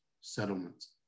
settlements